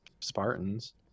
Spartans